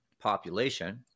population